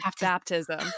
baptism